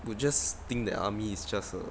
will just think that army is just a